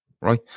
right